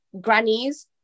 grannies